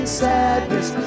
sadness